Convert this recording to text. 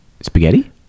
Spaghetti